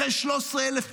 אחרי 13,000 פצועים,